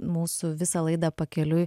mūsų visą laidą pakeliui